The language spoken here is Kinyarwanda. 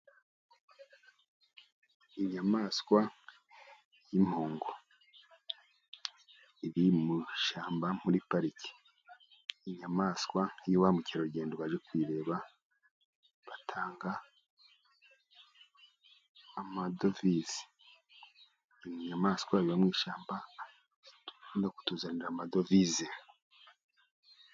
Inyamaswa y'impongo ,iri mu ishyamba muri pariki inyamaswa ya ba mukerarugendo baje kwireba batanga amadovize ,inyamaswa iba mu ishyamba ikunda kutuzanira amadovize.